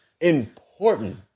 important